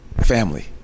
family